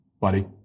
buddy